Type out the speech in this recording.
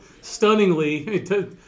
stunningly